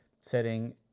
setting